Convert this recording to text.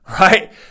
right